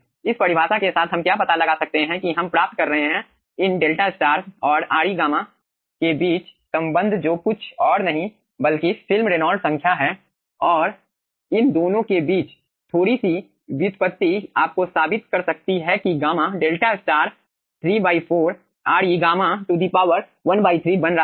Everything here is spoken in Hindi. इस परिभाषा के साथ हम क्या पता लगा सकते हैं कि हम प्राप्त कर रहे हैं इन 𝛿 और Re गामा के बीच संबंध जो कुछ और नहीं बल्कि फिल्म रेनॉल्ड्स संख्या है और इन दोनों के बीच थोड़ी सी व्युत्पत्ति आपको साबित कर सकती है कि गामा 𝛿 ¾ Re गामा ⅓ बन रहा है